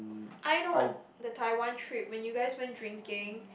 I know the Taiwan trip when you guys went drinking